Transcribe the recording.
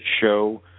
show